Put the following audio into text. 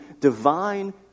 divine